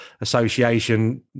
association